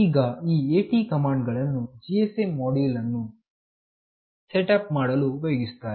ಈಗ ಈ AT command ಗಳನ್ನು GSM ಮೊಡ್ಯುಲ್ ಅನ್ನು ಸೆಟಪ್ ಮಾಡಲು ಉಪಯೋಗಿಸುತ್ತಾರೆ